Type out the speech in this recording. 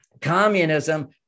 communism